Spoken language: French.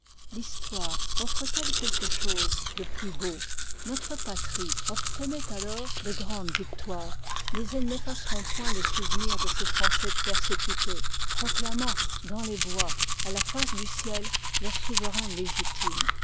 l'histoire offre t elle quelque chose de plus beau notre patrie obtenoit alors de grandes victoires mais elles n'effaceront point le souvenir de ces français persécutés proclamant dans les bois à la face du ciel leur souverain légitime